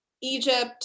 Egypt